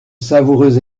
savoureux